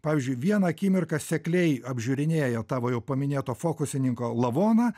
pavyzdžiui vieną akimirką sekliai apžiūrinėja tavo jau paminėto fokusininko lavoną